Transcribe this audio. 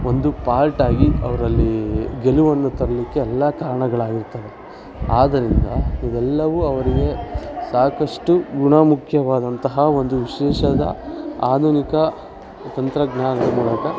ಒಂದು ಪಾರ್ಟಾಗಿ ಅವ್ರಲ್ಲಿ ಗೆಲುವನ್ನು ತರಲಿಕ್ಕೆ ಎಲ್ಲ ಕಾರಣಗಳಾಗಿರ್ತದೆ ಆದ್ದರಿಂದ ಇದೆಲ್ಲವೂ ಅವರಿಗೆ ಸಾಕಷ್ಟು ಗುಣಮುಖ್ಯವಾದಂತಹ ಒಂದು ವಿಶೇಷದ ಆಧುನಿಕ ತಂತ್ರಜ್ಞಾನದ ಮೂಲಕ